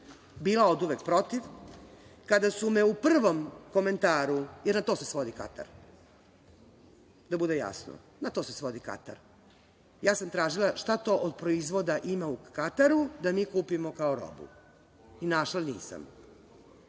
Bila oduvek protiv, kada su me u prvom komentaru… I na to se svodi Katar, da bude jasno. Na to se svodi Katar. Ja sam tražila šta to od proizvoda ima u Kataru da mi kupimo kao robu. Našla nisam.